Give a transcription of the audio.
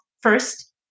first